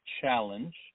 challenge